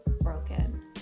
broken